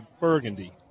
burgundy